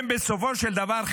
בסופו של דבר,